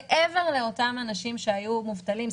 מעבר לאנשים שהיו מובטלים,